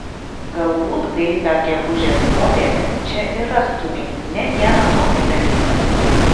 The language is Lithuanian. galbūt gaivią gegužės popietę čia ir rastumei ne vieną tokį dalyką